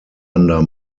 under